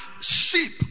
sheep